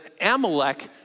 Amalek